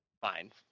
fine